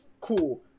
cool